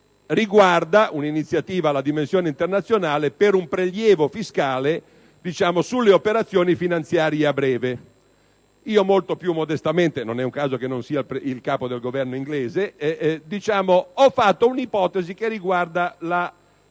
che riguarda un'iniziativa a dimensione internazionale per un prelievo fiscale sulle operazioni finanziarie a breve. Molto più modestamente - non è un caso che io non sia il Capo del Governo inglese - ho avanzato un'ipotesi che riguarda la